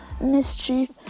mischief